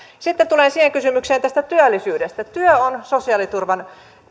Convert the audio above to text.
sitten tulen siihen kysymykseen tästä työllisyydestä työ on sosiaaliturvan